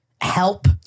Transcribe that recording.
help